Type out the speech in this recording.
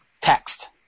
text